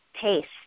taste